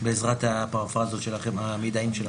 בעזרת המידעים שלכם?